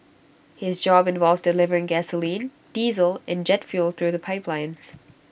his job involved delivering gasoline diesel and jet fuel through the pipelines